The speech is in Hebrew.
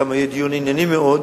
יהיה שם דיון ענייני מאוד,